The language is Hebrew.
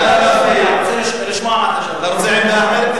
אתה רוצה עמדה אחרת,